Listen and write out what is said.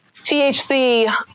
THC